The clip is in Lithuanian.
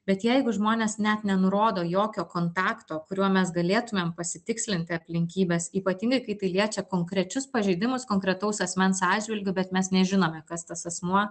bet jeigu žmonės net nenurodo jokio kontakto kuriuo mes galėtumėm pasitikslinti aplinkybes ypatingai kai tai liečia konkrečius pažeidimus konkretaus asmens atžvilgiu bet mes nežinome kas tas asmuo